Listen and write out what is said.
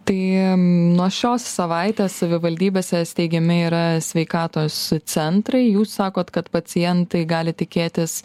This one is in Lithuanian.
tai nuo šios savaitės savivaldybėse steigiami yra sveikatos centrai jūs sakot kad pacientai gali tikėtis